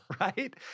right